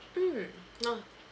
mmhmm no